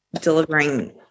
delivering